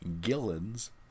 Gillen's